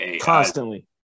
constantly